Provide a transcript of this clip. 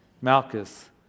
Malchus